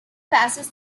passes